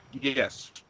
Yes